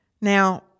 Now